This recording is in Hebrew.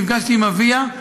נפגשתי עם אביה.